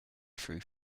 through